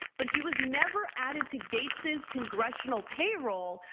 but he was never added to gaetz's congressional payroll,